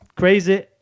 Crazy